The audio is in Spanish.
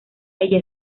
ella